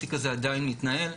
התיק הזה עדיין מתנהל,